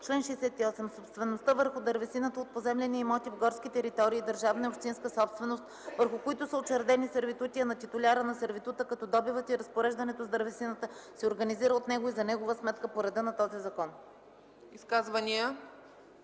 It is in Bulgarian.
„Чл. 68. Собствеността върху дървесината от поземлени имоти в горски територии – държавна и общинска собственост, върху които са учредени сервитути, е на титуляра на сервитута, като добивът и разпореждането с дървесината се организира от него и за негова сметка по реда на този закон.”